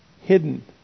hidden